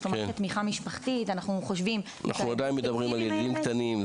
יש לו מערכת תמיכה משפחתית --- אנחנו עדיין מדברים על ילדים קטנים.